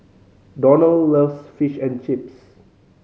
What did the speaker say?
Donnell loves Fish and Chips